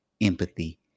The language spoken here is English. empathy